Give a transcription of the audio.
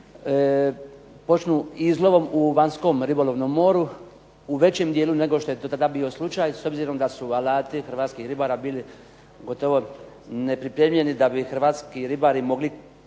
počnu izlovom u vanjskom ribolovnom moru u većem dijelu nego što je to tada bio slučaj, s obzirom da su alati hrvatskih ribara bili gotovo nepripremljeni da bi hrvatski ribari mogli